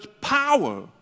power